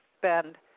spend